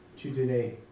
today